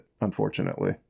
unfortunately